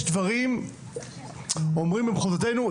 יש דברים, אומרים במחוזותינו,